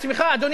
אדוני השר,